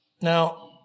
Now